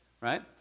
right